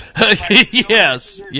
Yes